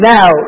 Now